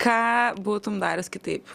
ką būtum darius kitaip